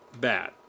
bad